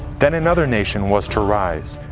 then another nation was to rise.